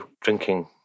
drinking